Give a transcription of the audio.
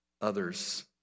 others